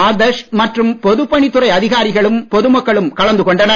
ஆதர்ஷ் மற்றும் பொதுப் பணித் துறை அதிகாரிகளும் பொதுமக்களும் கலந்து கொண்டனர்